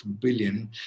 billion